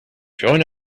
join